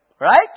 Right